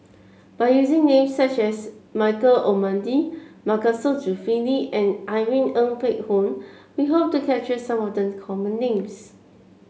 by using names such as Michael Olcomendy Masagos Zulkifli and Irene Ng Phek Hoong we hope to capture some of the common names